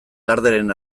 garderen